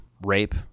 rape